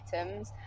items